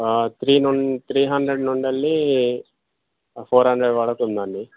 three నుం three hundred నుండి వెళ్లి ఫోర్ హండ్రెడ్ వరకు ఉందండి